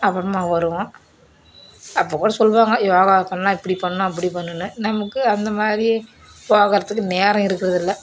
அப்புறமா வருவோம் அப்பப்போ சொல்லுவாங்க யோகாவுக்கு எல்லாம் இப்படி பண்ணணும் அப்படி பண்ணணும் நமக்கு அந்தமாதிரி போகிறத்துக்கு நேரம் இருக்கிறது இல்லை